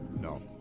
No